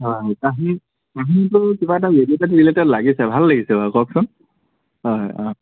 হয় কাহিনী কাহিনীটো কিবা এটা ৰিলেটেড ৰিলেটেড লাগিছে ভাল লাগিছে বাৰু কওকচোন হয়